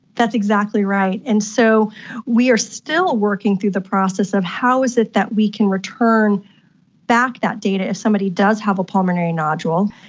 that's exactly right. and so we are still working through the process of how is it that we can return back that data if somebody does have a pulmonary nodule,